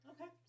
Okay